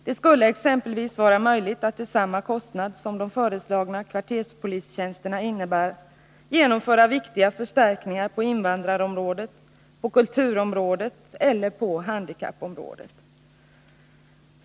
Det skulle exempelvis vara möjligt att till samma kostnad som de föreslagna kvarterspolistjänsterna medför genomföra viktiga förstärkningar på invandrarområdet, på kulturområdet eller på handikappområdet.